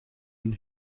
een